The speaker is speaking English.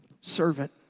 Servant